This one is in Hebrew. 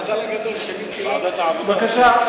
בבקשה.